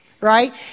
right